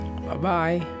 Bye-bye